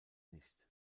nicht